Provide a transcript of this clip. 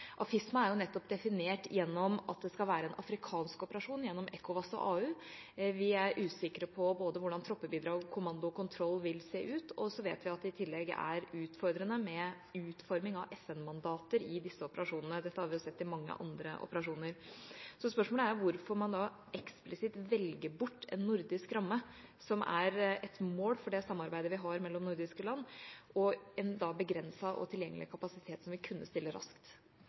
AFISMA er nettopp definert gjennom at det skal være en afrikansk operasjon gjennom ECOWAS og AU. Vi er usikre på hvordan troppebidrag, kommando og kontroll vil se ut, og vi vet i tillegg at det er utfordrende med utforming av FN-mandater i disse operasjonene. Dette har vi sett i mange andre operasjoner. Så spørsmålet er hvorfor man da eksplisitt velger bort en nordisk ramme – som er et mål for det samarbeidet vi har mellom nordiske land – en begrenset og tilgjengelig kapasitet som vi kunne stille raskt?